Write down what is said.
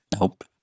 Nope